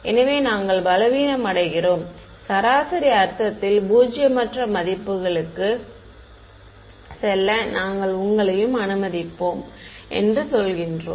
எனவே நாங்கள் பலவீனமடைகிறோம் சராசரி அர்த்தத்தில் பூஜ்ஜியமற்ற மதிப்புகளுக்குச் செல்ல நாங்கள் உங்களையும் அனுமதிப்போம் என்று சொல்கின்றோம்